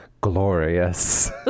Glorious